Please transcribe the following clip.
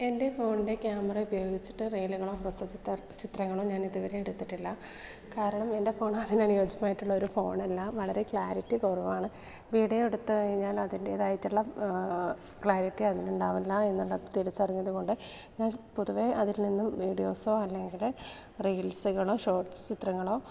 എൻ്റെ ഫോണിൻ്റെ ക്യാമറ ഉപയോഗിച്ചിട്ട് റീലുകളോ പ്രൊസച്ചിത്തർ ചിത്രങ്ങളോ ഞാനിതുവരെ എടുത്തിട്ടില്ല കാരണം എൻ്റെ ഫോൺ അതിനനുയോജ്യമായിട്ടുള്ളൊരു ഫോണല്ല വളരെ ക്ലാരിറ്റി കുറവാണ് വീഡിയോ എടുത്ത് കഴിഞ്ഞാൽ അതിൻറ്റേതായിട്ടുള്ള ക്ലാരിറ്റി അതിനുണ്ടാവില്ല എന്നുള്ളത് തിരിച്ചറിഞ്ഞത് കൊണ്ട് ഞാൻ പൊതുവെ അതിൽ നിന്നും വീഡിയോസൊ അല്ലെങ്കിൽ റീൽസുകളോ ഷോർട്സ് ചിത്രങ്ങളോ